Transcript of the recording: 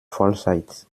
vollzeit